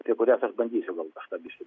apie kurias aš bandysiu kažką biškį